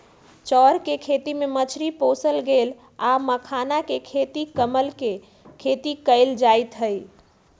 चौर कें खेती में मछरी पोशल गेल आ मखानाके खेती कमल के खेती कएल जाइत हइ